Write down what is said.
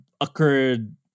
occurred